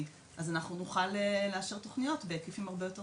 ככה אנחנו נוכל לאשר תוכניות בהיקפים הרבה יותר